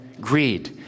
greed